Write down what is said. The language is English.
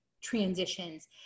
transitions